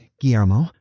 Guillermo